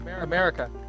America